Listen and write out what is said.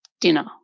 dinner